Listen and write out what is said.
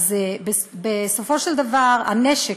בסופו של דבר הנשק,